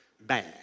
bad